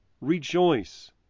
Rejoice